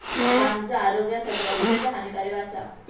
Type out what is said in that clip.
गांजा आरोग्यासाठी अत्यंत हानिकारक आसा